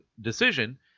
decision